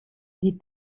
die